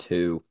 Two